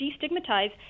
destigmatize